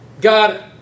God